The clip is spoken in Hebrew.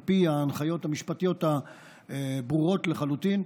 על פי ההנחיות המשפטיות הברורות לחלוטין,